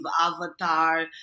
avatar